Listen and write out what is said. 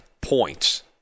points